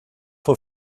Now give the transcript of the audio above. fue